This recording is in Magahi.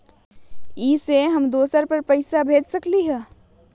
इ सेऐ हम दुसर पर पैसा भेज सकील?